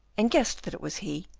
and guessed that it was he,